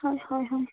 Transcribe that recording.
হয় হয় হয়